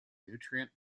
nutrient